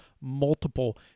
multiple